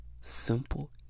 simple